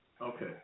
Okay